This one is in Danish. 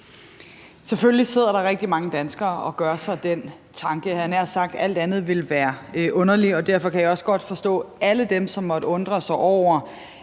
Selvfølgelig sidder der rigtig mange danskere og gør sig den tanke, havde jeg nær sagt. Alt andet ville være underligt. Derfor kan jeg også godt forstå alle dem, som måtte undre sig over,